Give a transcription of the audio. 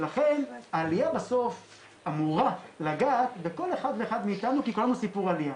לכן העלייה בסוף אמורה לגעת בכל אחד ואחד מאיתנו כי כולנו סיפור עלייה.